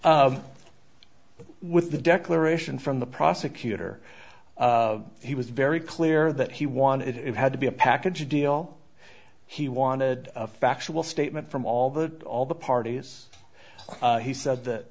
out with the declaration from the prosecutor he was very clear that he wanted it had to be a package deal he wanted a factual statement from all the all the parties he said